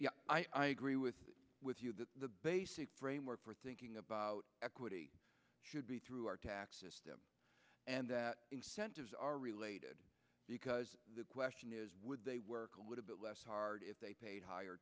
there i agree with with you that the basic framework for thinking about equity should be through our tax system and that centers are related because the question is would they work a little bit less hard if they paid higher